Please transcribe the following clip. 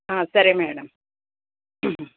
సరే మేడం